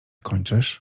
kończysz